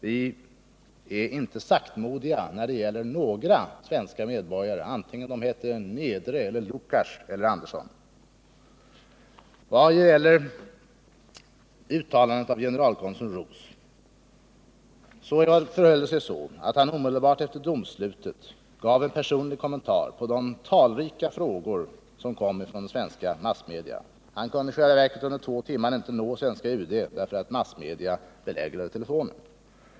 Vi är inte saktmodiga när det gäller några svenska medborgare vare sig de heter Niedre, Lukacz eller Andersson. Vad gäller uttalandet av generalkonsul Ros förhöll det sig så att han omedelbart efter domslutet gav en personlig kommentar till de talrika frågor som kom från svenska massmedia. Han kunde i själva verket under två timmar inte nå svenska UD därför att massmedia belägrade telefonen.